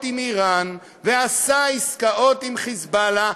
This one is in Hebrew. עם איראן ועשה עסקאות עם "חיזבאללה",